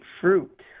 fruit